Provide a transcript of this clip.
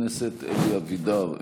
חבר הכנסת אלי אבידר,